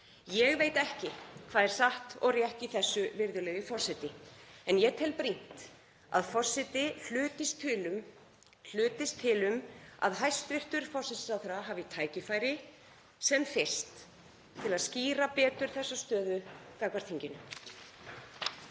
Ég veit ekki hvað er satt og rétt í þessu, virðulegi forseti, en ég tel brýnt að forseti hlutist til um að hæstv. forsætisráðherra hafi tækifæri sem fyrst til að skýra betur þessa stöðu gagnvart þinginu.